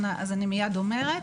אני מיד אומרת.